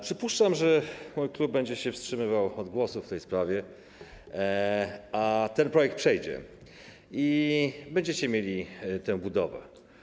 Przypuszczam, że mój klub będzie się wstrzymywał od głosu w tej sprawie, a ten projekt przejdzie i będziecie mieli tę budowę.